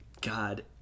God